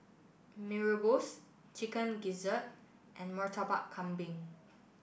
Mee Rebus Chicken Gizzard and Murtabak Kambing